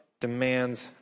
demands